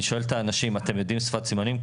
אני שואל את האנשים: אתם יודעים שפת סימנים?